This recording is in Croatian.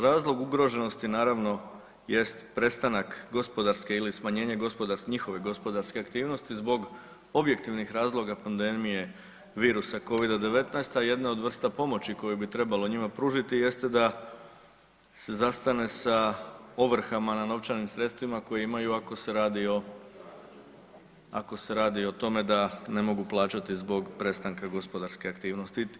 Razlog ugroženosti naravno jest prestanak gospodarske ili smanjenje gospodarske, njihove gospodarske aktivnosti zbog objektivnih razloga pandemije virusa Covida-19, a jedna od vrsta pomoći koju bi trebalo njima pružiti jeste da se zastane sa ovrhama na novčanim sredstvima koje imaju ako se radi o, ako se radi o tome da ne mogu plaćati zbog prestanka gospodarske aktivnosti.